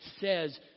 says